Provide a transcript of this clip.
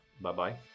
Bye-bye